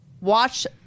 watch